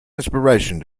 inspiration